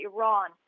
Iran